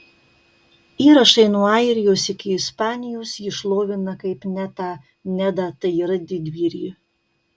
įrašai nuo airijos iki ispanijos jį šlovina kaip netą nedą tai yra didvyrį